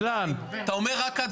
אתה אומר רק הצבעה.